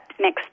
Next